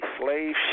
slave